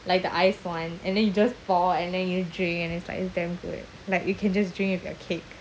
like the iced [one] and then you just pour and then you drink and it's like it's damn good like you can just drink with your cake